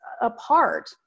apart